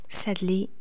sadly